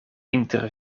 inter